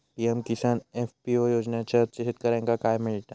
PM Kisan FPO योजनाच्यात शेतकऱ्यांका काय मिळता?